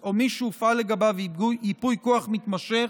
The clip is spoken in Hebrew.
או מי שהופעל לגביו ייפוי כוח מתמשך,